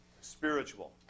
spiritual